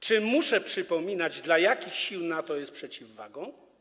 Czy muszę przypominać, dla jakich sił NATO jest przeciwwagą?